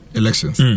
elections